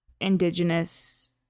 indigenous